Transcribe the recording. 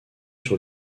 sur